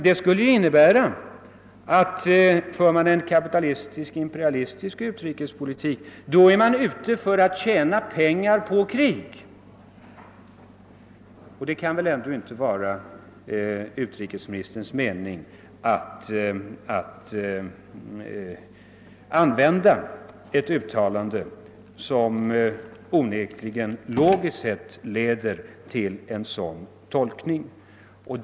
Det skulle nämligen innebära att man med denna kapitalistisk-imperialistiska utrikespolitik är ute för att tjäna pengar på krig. Det kan väl ändå inte vara utrikesministerns mening att använda ett uttryck som onekligen logiskt kan tolkas på detta sätt.